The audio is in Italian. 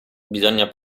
bisogna